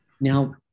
Now